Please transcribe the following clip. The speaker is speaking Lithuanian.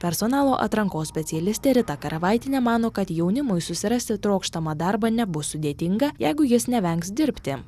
personalo atrankos specialistė rita karavaitienė mano kad jaunimui susirasti trokštamą darbą nebus sudėtinga jeigu jis nevengs dirbti